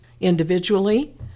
Individually